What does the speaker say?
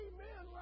Amen